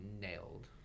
nailed